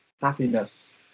happiness